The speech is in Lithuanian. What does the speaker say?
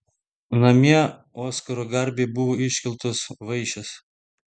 namie oskaro garbei buvo iškeltos vaišės